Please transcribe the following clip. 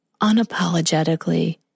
unapologetically